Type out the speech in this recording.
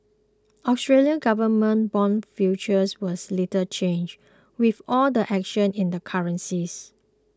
Australian government bond futures was little changed with all the action in the currencies